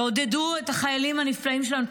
תעודדו את החיילים הנפלאים שלנו,